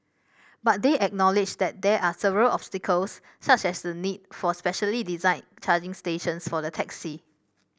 but they acknowledged that there are several obstacles such as the need for specially designed charging stations for the taxi